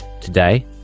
Today